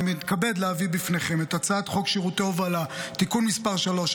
אני מתכבד להביא בפניכם את הצעת חוק שירותי הובלה (תיקון מס' 3),